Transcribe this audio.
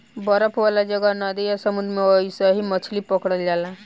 बरफ वाला जगह, नदी आ समुंद्र में अइसही मछली पकड़ल जाला